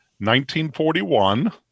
1941